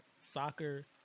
soccer